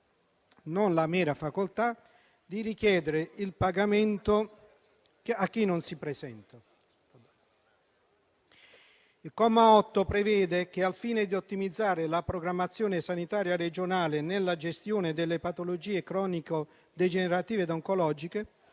non la mera facoltà, di richiedere il pagamento a chi non si presenta. Il comma 8 prevede che, al fine di ottimizzare la programmazione sanitaria regionale nella gestione delle patologie cronico-degenerative ed oncologiche,